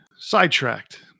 sidetracked